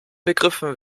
begriffen